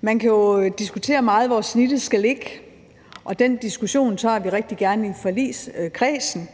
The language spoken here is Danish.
Man kan jo diskutere meget, hvor snittet skal ligge, og den diskussion tager vi rigtig gerne i forligskredsen,